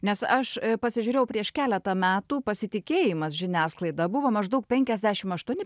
nes aš pasižiūrėjau prieš keletą metų pasitikėjimas žiniasklaida buvo maždaug penkiasdešim aštuoni